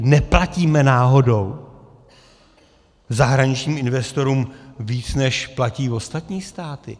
Neplatíme náhodou zahraničním investorům více, než platí ostatní státy?